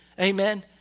Amen